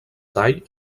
tall